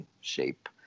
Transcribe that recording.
shape